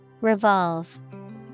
Revolve